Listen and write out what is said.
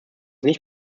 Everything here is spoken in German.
nicht